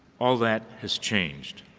all that has changed.